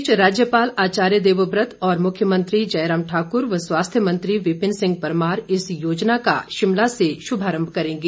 इस बीच राज्यपाल आचार्य देवव्रत और मुख्यमंत्री जय राम ठाकुर व स्वास्थ्य मंत्री विपिन सिंह परमार इस योजना का शिमला से शुभारम्भ करेंगे